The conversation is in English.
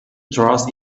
trust